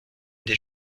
des